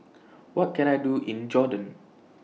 What Can I Do in Jordan